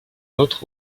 autre